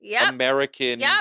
American